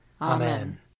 Amen